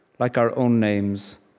like our own names,